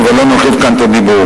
אבל לא נרחיב כאן את הדיבור.